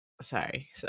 sorry